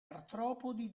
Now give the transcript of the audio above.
artropodi